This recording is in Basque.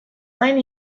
gain